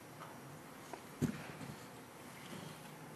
בבקשה.